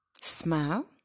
smile